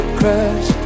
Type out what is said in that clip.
crash